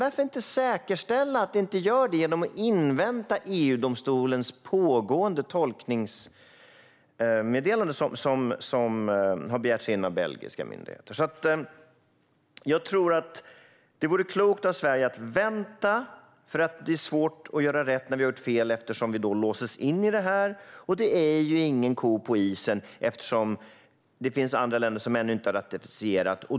Varför inte säkerställa att det inte gör det genom att invänta EU-domstolens pågående tolkningsmeddelande, som har begärts in av belgiska myndigheter? Det vore klokt av Sverige att vänta. Det är svårt att göra rätt när vi har gjort fel eftersom vi låses in i detta, och det är ingen ko på isen eftersom det finns andra länder som ännu inte har ratificerat.